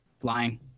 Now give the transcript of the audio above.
flying